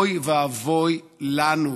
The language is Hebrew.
אוי ואבוי לנו,